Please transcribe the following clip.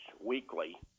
weekly